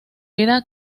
vida